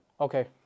Okay